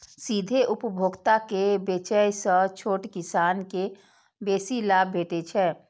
सीधे उपभोक्ता के बेचय सं छोट किसान कें बेसी लाभ भेटै छै